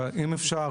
אבל אם אפשר,